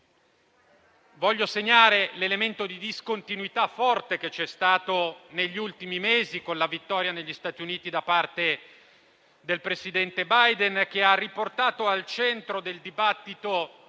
voglio segnare l'elemento di discontinuità forte che c'è stato negli ultimi mesi con la vittoria negli Stati Uniti da parte del presidente Biden, che ha riportato al centro del dibattito